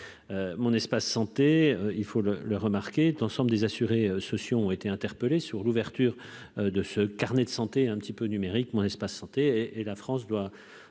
mon espace santé, il faut le le remarquer, de l'ensemble des assurés sociaux ont été interpellés sur l'ouverture de ce carnet de santé, un petit peu numérique mon espace santé et la France doit